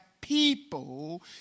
people